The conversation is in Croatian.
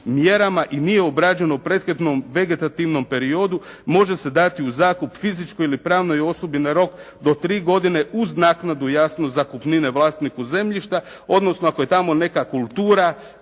i nije obrađeno prethodnom vegetativnom periodu, može se dati u zakup fizičkoj ili pravnoj osobi na rok do 3 godine uz naknadu, jasno zakupnine vlasniku zemljišta, odnosno ako je tamo neka kultura